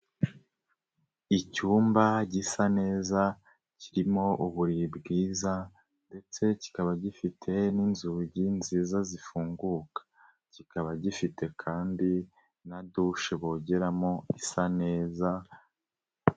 Icyumba gisa neza kirimo uburiri bwiza ndetse kikaba gifite n'inzugi nziza zifunguka. Kikaba gifite kandi na douche bogeramo isa neza.